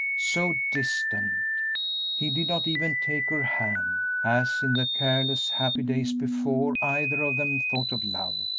so distant he did not even take her hand as in the careless, happy days before either of them thought of love.